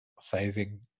sizing